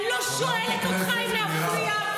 אני לא שואלת אותך אם להפריע.